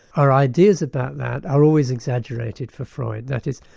our ideas about that are always exaggerated for freud. that is,